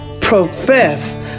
profess